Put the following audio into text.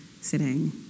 sitting